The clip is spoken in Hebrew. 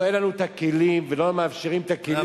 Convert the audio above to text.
אין לנו את הכלים ולא מאפשרים את הכלים,